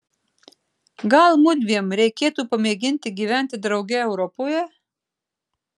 gal mudviem reikėtų pamėginti gyventi drauge europoje